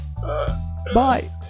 Bye